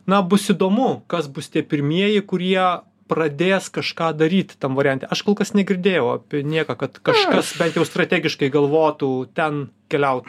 na bus įdomu kas bus tie pirmieji kurie pradės kažką daryti tam variante aš kol kas negirdėjau apie nieką kad kažkas bent jau strategiškai galvotų ten keliaut